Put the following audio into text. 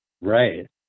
Right